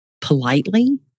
politely